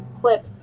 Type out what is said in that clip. clip